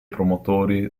promotori